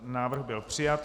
Návrh byl přijat.